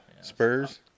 spurs